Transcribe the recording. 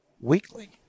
weekly